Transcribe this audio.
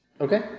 Okay